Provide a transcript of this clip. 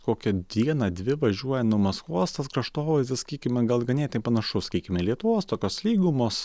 kokią dieną dvi važiuojant nuo maskvos tas kraštovaizdis sakykime gal ganėtinai panašus sakykime lietuvos tokios lygumos